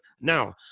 now